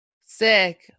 Sick